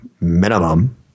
minimum